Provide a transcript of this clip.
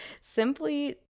Simply